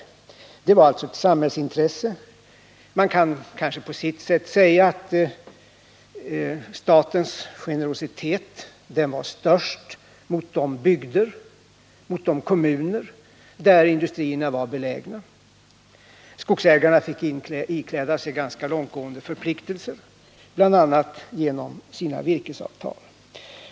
Det var alltsa ett samhällsintresse. Man kan kanske säga att statens generositet var störst mot de bygder och de kommuner där industrierna var belägna. Skogsägarna fick ikläda sig ganska långtgående förpliktelser, bl.a. genom sina virkesavtal.